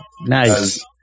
Nice